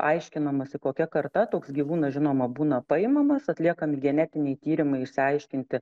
aiškinamasi kokia karta toks gyvūnas žinoma būna paimamas atliekami genetiniai tyrimai išsiaiškinti